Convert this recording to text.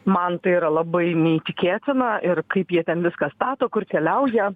man tai yra labai neįtikėtina ir kaip jie ten viską stato kur keliauja